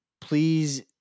please